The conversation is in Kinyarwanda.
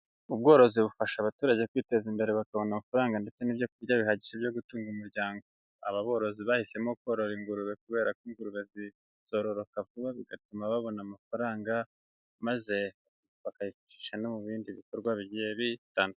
Ubworozi bufasha abaturage kwiteza imbere bakabona amafaranga ndetse n'ibyo kurya bihagije byo gutunga umuryango, aba borozi bahisemo korora ingurube kubera ko ingurube zororoka vuba bigatuma babona amafaranga, maze bakayifashisha no mu bindi bikorwa bigiye bitandukanye.